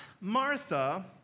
Martha